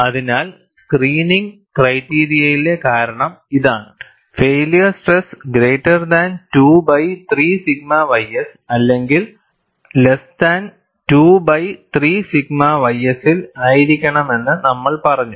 അതിനാൽസ്ക്രീനിംഗ് ക്രൈറ്റീരിയയിലെ കാരണം ഇതാണ് failure stress greater than 2 by 3 sigma ys അല്ലെങ്കിൽ less than 2 by 3 sigma ys ൽ ആയിരിക്കണമെന്ന് നമ്മൾ പറഞ്ഞു